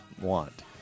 want